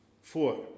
four